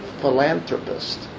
philanthropist